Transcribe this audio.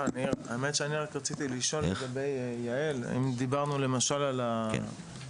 האמת שאני רק רציתי לשאול את יעל אם דיברנו למשל על היקף